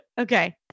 Okay